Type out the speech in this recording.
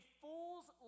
fool's